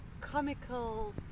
comical